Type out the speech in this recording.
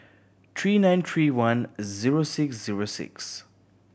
three nine three one zero six zero six